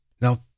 Now